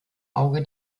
auge